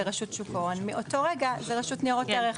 שוק ההון, ומאותו רגע זה רשות ניירות ערך.